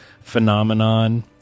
Phenomenon